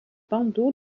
bandeaux